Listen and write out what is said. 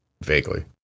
vaguely